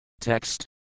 Text